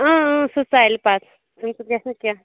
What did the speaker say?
سُہ ژَلہِ پَتہٕ تَمہِ سۭتۍ گژھِ نہٕ کیٚنٛہہ